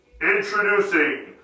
Introducing